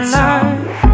life